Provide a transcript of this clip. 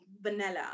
vanilla